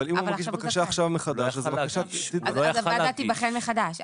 אבל אם הוא מגיש בקשה עכשיו מחדש אז הבקשה --- אז הבקשה תיבחן מחדש?